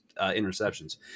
interceptions